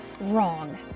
Wrong